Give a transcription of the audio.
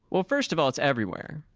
well, first of all, it's everywhere.